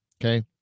Okay